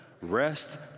Rest